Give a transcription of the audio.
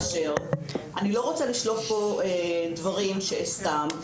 אני לא רוצה לשלוף פה דברים שהם סתם,